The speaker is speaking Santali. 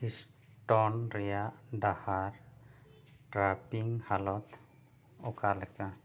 ᱥᱴᱳᱱ ᱨᱮᱭᱟᱜ ᱰᱟᱦᱟᱨ ᱴᱨᱟᱯᱷᱤᱠ ᱦᱟᱞᱚᱛ ᱚᱠᱟ ᱞᱮᱠᱟ